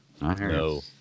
No